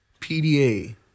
PDA